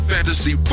Fantasy